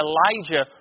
Elijah